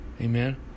Amen